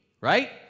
right